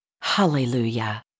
Hallelujah